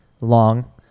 long